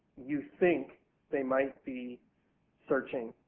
you think they might be searching.